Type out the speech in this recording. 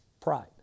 Pride